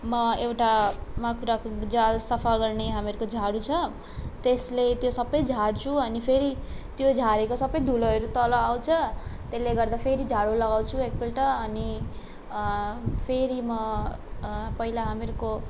म एउटा माकुराको जाल सफा गर्ने हामीहरूको झाडु छ त्यसले त्यो सबै झार्छु अनि फेरि त्यो झारेको सबै धुलोहरू तल आउँछ त्यसले गर्दाखेरि झाडु लगाउँछु एकपल्ट अनि फेरि म पहिला हामीहरूको